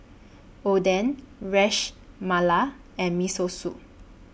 Oden Ras Malai and Miso Soup